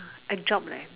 a job leh